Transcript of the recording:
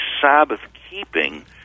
Sabbath-keeping